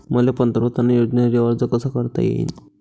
मले पंतप्रधान योजनेसाठी अर्ज कसा कसा करता येईन?